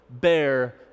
bear